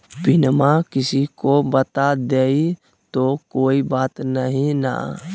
पिनमा किसी को बता देई तो कोइ बात नहि ना?